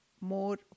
more